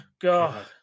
God